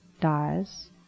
dies